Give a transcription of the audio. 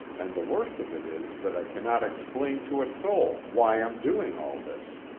and the worst of it is that i cannot explain to a soul why i'm doing all this.